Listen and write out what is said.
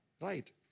Right